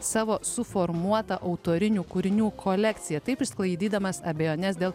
savo suformuotą autorinių kūrinių kolekciją taip išsklaidydamas abejones dėl